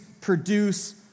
produce